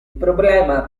problema